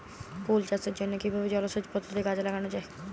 ফুল চাষের জন্য কিভাবে জলাসেচ পদ্ধতি কাজে লাগানো যাই?